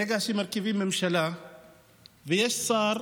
ברגע שמרכיבים ממשלה ויש שר